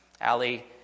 Ali